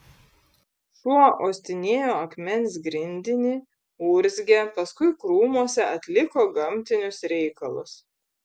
šuo uostinėjo akmens grindinį urzgė paskui krūmuose atliko gamtinius reikalus